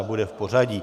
Bude v pořadí.